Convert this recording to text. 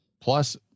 Plus